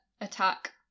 attack